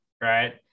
Right